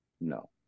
No